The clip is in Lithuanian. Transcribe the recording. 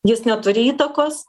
jis neturi įtakos